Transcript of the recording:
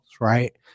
right